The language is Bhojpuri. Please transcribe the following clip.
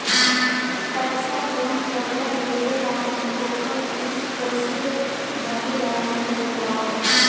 पैसा जऊन कर्जा लेले बानी ओकर किश्त कइसे बनेला तनी बताव?